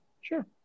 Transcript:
Sure